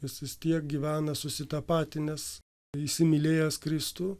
jis vis tiek gyvena susitapatinęs įsimylėjęs kristų